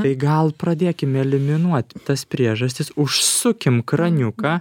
tai gal pradėkim eliminuot tas priežastis užsukim kraniuką